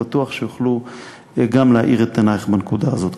בטוח שהם יוכלו גם להאיר את עינייך בנקודה הזאת.